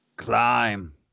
Climb